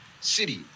city